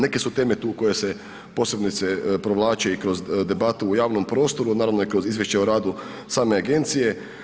Neke su teme tu koje se posebice provlače i kroz debatu u javnom prostoru, naravno i kroz izvješće o radu same agencije.